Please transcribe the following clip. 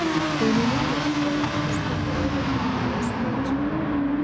dainininkės šou mastą rodo kai kurie skaičiai